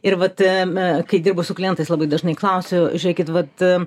ir vat kai dirbu su klientais labai dažnai klausiu žiūrėkit vat